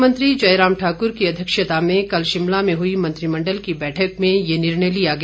मुख्यमंत्री जयराम ठाकुर की अध्यक्षता में कल शिमला में हुई मंत्रिमण्डल की बैठक में ये निर्णय लिया गया